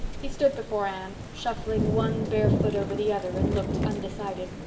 he stood before anne, shuffling one bare foot over the other, and looked undecided.